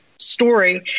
story